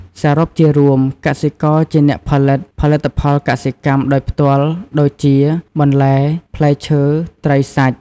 សរុបជារួម កសិករជាអ្នក ផលិត ផលិផលកសិកម្មដោយផ្ទាល់ ដូចជា បន្លែ ផ្លែឈើ ត្រី សាច់។